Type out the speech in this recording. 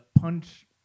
punch